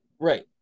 Right